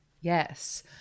Yes